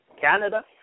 Canada